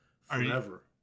forever